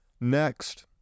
Next